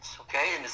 okay